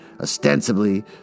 Ostensibly